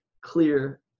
clear